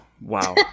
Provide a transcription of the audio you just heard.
Wow